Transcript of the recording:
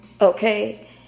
okay